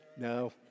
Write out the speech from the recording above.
No